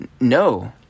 No